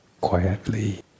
quietly